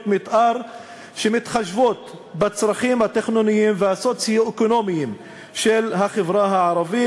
מתאר שמתחשבות בצרכים התכנוניים והסוציו-אקונומיים של החברה הערבית.